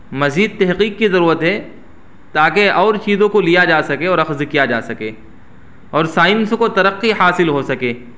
مزید تحقیق کی ضرورت ہے تاکہ اور چیزوں کو لیا جا سکے اور اخذ کیا جا سکے اور سائنس کو ترقی حاصل ہو سکے